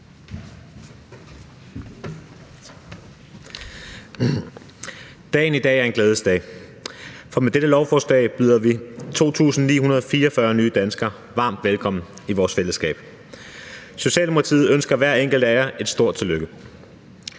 Dagen i dag er en glædens dag, for med dette lovforslag byder vi 2.944 nye danskere varmt velkommen i vores fællesskab. Socialdemokratiet ønsker hver enkelt af jer et stort tillykke.